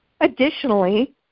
Additionally